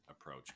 approach